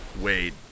wade